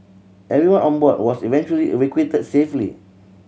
everyone on board was eventually evacuated safely